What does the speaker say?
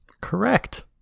Correct